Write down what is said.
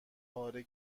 پاره